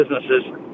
businesses